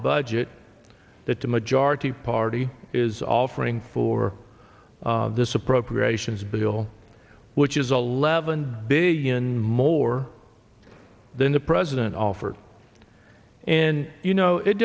budget that the majority party is offering for this appropriations bill which is a leavened big in more than the president offered and you know it